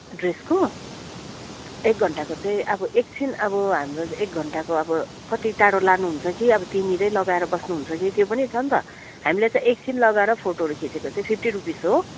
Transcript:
ड्रेसको एक घन्टाको चाहिँ अब एकछिन अब हाम्रो एक घन्टाको अब कति टाढा लानुहुन्छ कि अब त्यहीँनिरै लगाएर बस्नुहुन्छ कि त्यो पनि छ नि त हामीले त एकछिन लगाएर फोटोहरू खिचेको चाहिँ फिफ्टी रुपिस हो